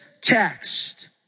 text